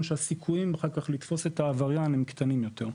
שהסיכויים אחר כך לתפוס את העבריין הם קטנים יותר.